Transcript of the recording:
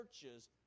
churches